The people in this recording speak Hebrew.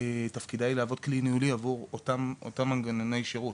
תפקידה של מדידה הוא להוות כלי ניהולי עבור אותם מנגנוני שירות,